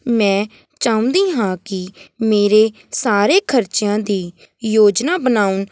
ਮੈਂ ਚਾਹੁੰਦੀ ਹਾਂ ਕਿ ਮੇਰੇ ਸਾਰੇ ਖ਼ਰਚਿਆ ਦੀ ਯੋਜਨਾ ਬਣਾਉਣ